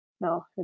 No